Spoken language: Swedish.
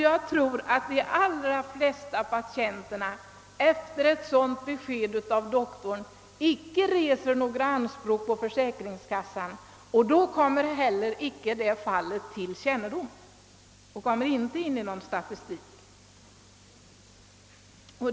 Jag tror att de allra flesta patienter efter ett sådant besked av doktorn handlar på samma sätt. Då kommer icke heller deras fall till kassans kännedom och förs inte in i någon statistik.